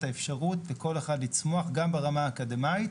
האפשרות לכל אחד לצמוח גם ברמה האקדמית,